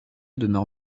demeure